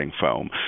foam